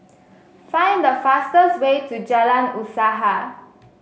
find the fastest way to Jalan Usaha